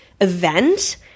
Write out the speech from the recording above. event